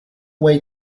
way